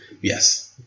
Yes